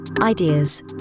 ideas